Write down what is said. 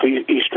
eastern